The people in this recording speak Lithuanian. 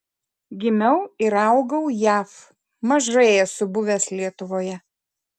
gimiau ir augau jav mažai esu buvęs lietuvoje